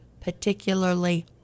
particularly